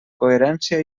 coherència